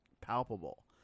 palpable